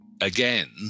again